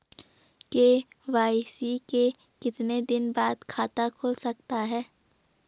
KYC के कितने दिन बाद खाता खुल सकता है?